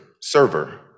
server